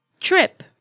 Trip